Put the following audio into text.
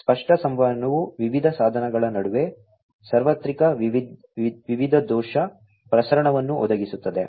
ಸ್ಪಷ್ಟ ಸಂವಹನವು ವಿವಿಧ ಸಾಧನಗಳ ನಡುವೆ ಸಾರ್ವತ್ರಿಕ ವಿವಿಧೋದ್ದೇಶ ಪ್ರಸರಣವನ್ನು ಒದಗಿಸುತ್ತದೆ